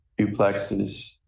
Duplexes